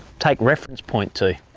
take reference point to.